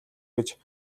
гэж